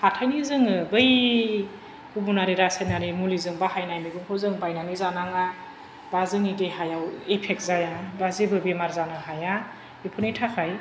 हाथायनि जोङो बै गुबुनारि रायसायनारि मुलिजों बाहायनाय मैगंखौ जों बायनानै जानाङा बा जोंनि देहायाव इफेक्ट जाया बा जेबो बेमार जानो हाया बेफोरनि थाखाय